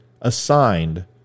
assigned